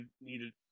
needed